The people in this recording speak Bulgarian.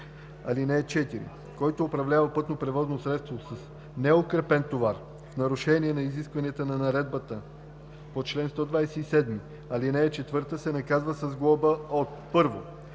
ал. 4: „(4) Който управлява пътно превозно средство с неукрепен товар в нарушение на изискванията на наредбата по чл. 127, ал. 4 се наказва с глоба от: